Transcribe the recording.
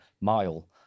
mile